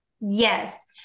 Yes